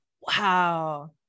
Wow